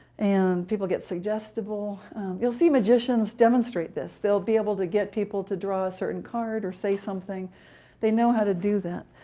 and people are suggestible you'll see magicians demonstrate this. they'll be able to get people to draw a certain card, or say something they know how to do that.